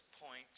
point